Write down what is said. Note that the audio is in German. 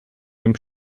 dem